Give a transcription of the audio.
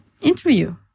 interview